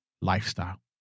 lifestyle